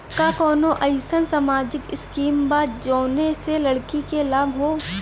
का कौनौ अईसन सामाजिक स्किम बा जौने से लड़की के लाभ हो?